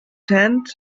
tent